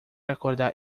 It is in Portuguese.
acordar